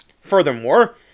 Furthermore